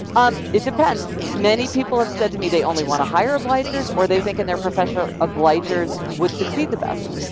um it depends. many people have said to me they only want to hire obligers or they think, in their profession, obligers would succeed the best.